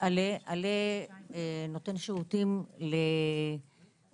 שלום, עלה נותן שירותים לאוכלוסייה